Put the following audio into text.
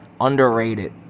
Underrated